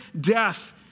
death